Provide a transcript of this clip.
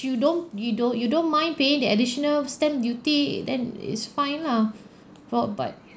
you don't you don't you don't mind paying the additional stamp duty then it's fine lah for but